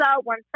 one